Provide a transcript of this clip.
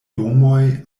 domoj